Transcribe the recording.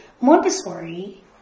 Montessori